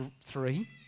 three